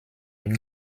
une